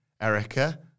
Erica